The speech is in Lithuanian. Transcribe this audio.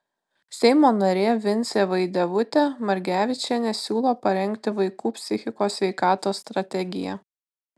seimo narė vincė vaidevutė margevičienė siūlo parengti vaikų psichikos sveikatos strategiją